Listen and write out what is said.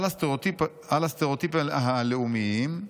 "על הסטריאוטיפים הלאומיים,